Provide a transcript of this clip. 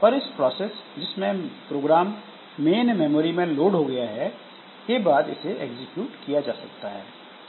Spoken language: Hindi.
पर इस प्रोसेस जिसमें प्रोग्राम मेन मेमोरी में लोड हो गया है के बाद इसे एग्जीक्यूट किया जा सकता है